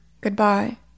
Goodbye